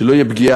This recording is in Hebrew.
שלא תהיה פגיעה.